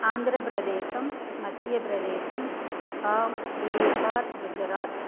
Andhra Pradesh Madhya Pradesh Assam Bihar Gujarat